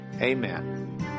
Amen